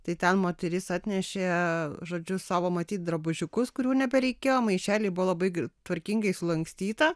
tai ten moteris atnešė žodžiu savo matyt drabužiukus kurių nebereikėjo maišely buvo labai gr tvarkingai sulankstyta